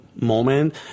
moment